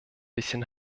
bisschen